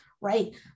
right